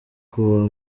kwa